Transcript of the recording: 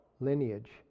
lineage